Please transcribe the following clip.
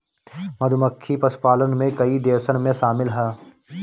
मधुमक्खी पशुपालन में कई देशन में शामिल ह